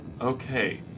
Okay